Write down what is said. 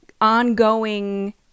ongoing